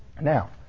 Now